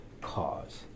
cause